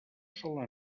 sola